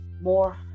more